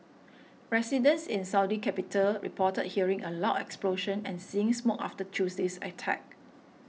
residents in Saudi capital reported hearing a loud explosion and seeing smoke after Tuesday's attack